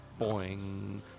Boing